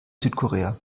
südkorea